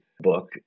book